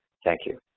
thank you.